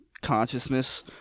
consciousness